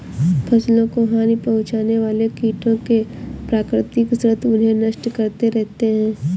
फसलों को हानि पहुँचाने वाले कीटों के प्राकृतिक शत्रु उन्हें नष्ट करते रहते हैं